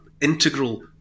integral